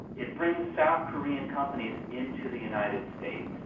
it brings south korean companies into the united states.